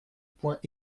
point